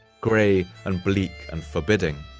gray, and bleak, and forbidding.